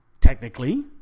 Technically